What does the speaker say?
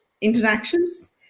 interactions